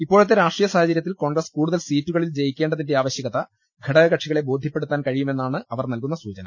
ഇപ്പോഴത്തെ രാഷ്ട്രീയ സാഹ ചര്യത്തിൽ കോൺഗ്രസ് കൂടുതൽ സീറ്റുകളിൽ ജയി ക്കേണ്ടതിന്റെ ആവശ്യകത ഘടക കക്ഷികളെ ബോധ്യപ്പെ ടുത്താൻ കഴിയുമെന്നാണ് അവർ നൽകുന്ന സൂചന